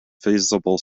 feasible